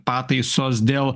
pataisos dėl